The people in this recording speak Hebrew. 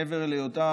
מעבר להיותה